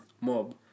mob